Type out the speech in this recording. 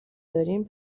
داریم